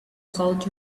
hold